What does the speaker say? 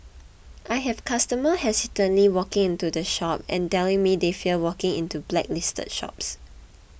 I have customers hesitantly walking into the shop and telling me they fear walking into the blacklisted shops